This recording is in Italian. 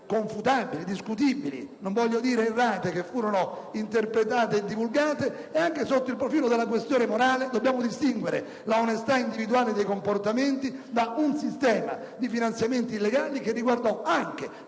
confutabili, discutibili (non voglio dire errate) che furono interpretate e divulgate. Anche sotto il profilo della questione morale dobbiamo distinguere l'onestà individuale dei comportamenti da un sistema di finanziamenti illegali che riguardò anche il